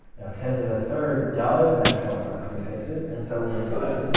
ten to the third does match one of our prefixes, and so we're good.